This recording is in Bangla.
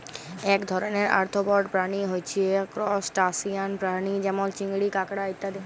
এক ধরণের আর্থ্রপড প্রাণী হচ্যে ত্রুসটাসিয়ান প্রাণী যেমল চিংড়ি, কাঁকড়া ইত্যাদি